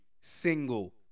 single